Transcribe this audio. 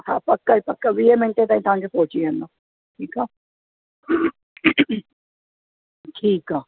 हा पक ई पक वीहें मिंटे ताईं तव्हां जो पहुची वेंदो ठीकु आहे ठीकु आहे